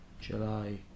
july